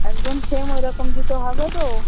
একদম সেম ওই রকম জুতো হবে তো